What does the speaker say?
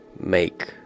make